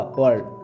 world